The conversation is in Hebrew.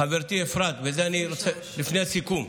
חברתי אפרת, לפני הסיכום,